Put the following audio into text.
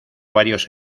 varios